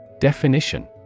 Definition